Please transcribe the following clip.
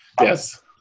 Yes